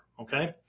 Okay